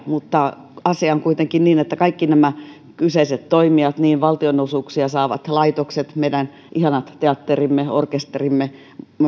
mutta asia on kuitenkin niin että kaikki nämä kyseiset toimijat niin valtionosuuksia saavat laitokset meidän ihanat teatterimme orkesterimme